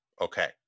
Okay